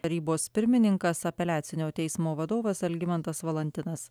tarybos pirmininkas apeliacinio teismo vadovas algimantas valantinas